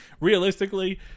realistically